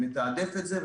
ומתעדף את זה,